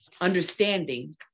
understanding